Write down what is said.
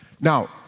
Now